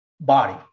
body